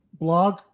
Blog